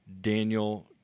Daniel